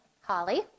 Holly